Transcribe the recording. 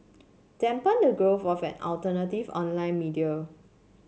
dampen the growth of alternative online media